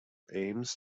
aims